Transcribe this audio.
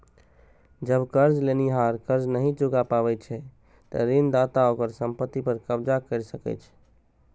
जब कर्ज लेनिहार कर्ज नहि चुका पाबै छै, ते ऋणदाता ओकर संपत्ति पर कब्जा कैर सकै छै